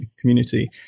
community